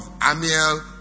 Amiel